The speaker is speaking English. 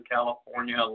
California